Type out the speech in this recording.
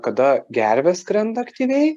kada gervės skrenda aktyviai